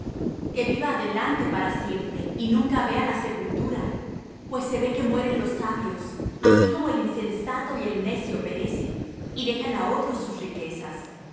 que viva adelante para siempre y nunca vea la sepultura pues se ve que mueren los sabios así como el insensato y el necio perecen y dejan á otros sus riquezas